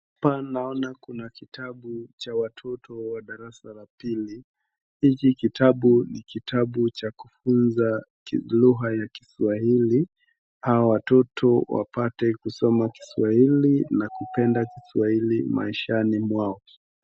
Hapa naona kuna kitabu cha watoto wa darasa la pili. Hiki kitabu ni kitabu cha kufunza lugha ya Kiswahili, hawa watoto wapate kusoma Kiswahili na kupenda Kiswahili maishani mwao.